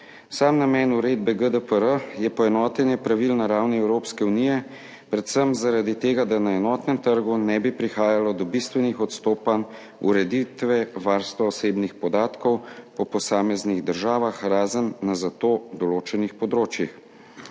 Sam namen uredbe GDPR je poenotenje pravil na ravni Evropske unije, predvsem zaradi tega, da na enotnem trgu ne bi prihajalo do bistvenih odstopanj ureditve varstva osebnih podatkov po posameznih državah, razen na za to določenih področjih.